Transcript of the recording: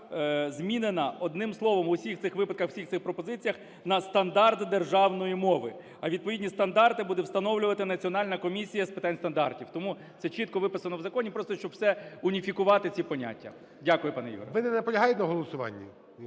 Ви не наполягаєте на голосуванні?